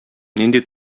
нинди